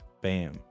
bam